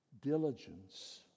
Diligence